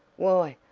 why,